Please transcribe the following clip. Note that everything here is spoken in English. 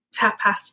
tapas